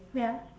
wait ah